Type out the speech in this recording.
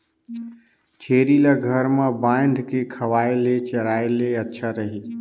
छेरी ल घर म बांध के खवाय ले चराय ले अच्छा रही?